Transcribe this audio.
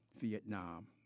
Vietnam